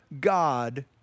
God